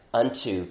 unto